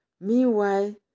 Meanwhile